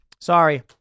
Sorry